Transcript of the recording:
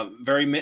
ah very,